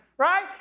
right